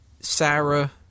Sarah